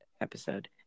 episode